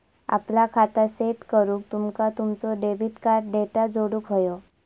आपला खाता सेट करूक तुमका तुमचो डेबिट कार्ड डेटा जोडुक व्हयो